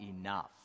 enough